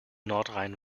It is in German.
nordrhein